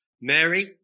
Mary